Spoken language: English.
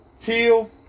teal